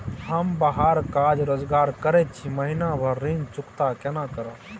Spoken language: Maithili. हम बाहर काज रोजगार करैत छी, महीना भर ऋण चुकता केना करब?